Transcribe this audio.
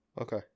Okay